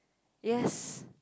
yes